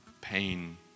pain